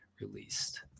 released